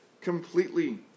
completely